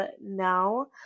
now